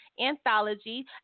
anthology